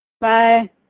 Bye